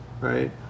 right